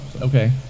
Okay